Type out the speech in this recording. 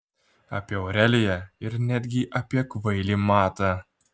apie aureliją ir netgi apie kvailį matą